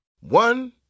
One